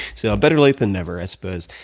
so, better late than never, i suppose.